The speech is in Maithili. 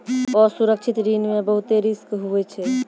असुरक्षित ऋण मे बहुते रिस्क हुवै छै